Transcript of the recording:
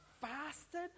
fasted